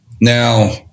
Now